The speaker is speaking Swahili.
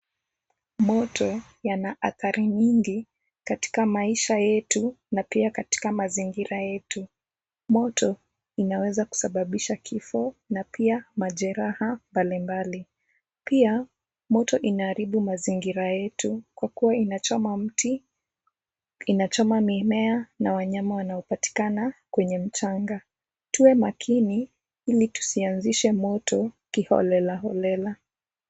Moto yana athari nyingi katika maisha yetu na pia katika mazingira yetu. Moto inaweza kusababisha kifo na pia majeraha mbalimbali. Pia moto inaharibu mazingira yetu kwa kuwa inachoma mti, inachoma mimea na wanyama wanaopatikana kwenye mchanga. Tuwe makini ili tusianzishe moto kiholelaholela.